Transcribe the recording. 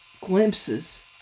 glimpses